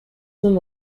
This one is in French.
son